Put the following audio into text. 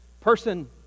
person